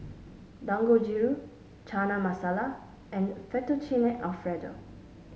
Dangojiru Chana Masala and Fettuccine Alfredo